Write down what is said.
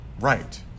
right